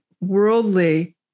worldly